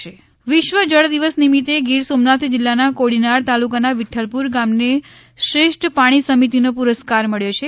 શ્રેષ્ઠ પાણી સમિતિ વિશ્વ જળ દિવસ નિમિતે ગીર સોમનાથ જીલ્લાના કોડીનાર તાલુકાના વિઠ્ઠલપુર ગામને શ્રેષ્ઠ પાણી સમિતિનો પુરસ્કાર મળ્યો છે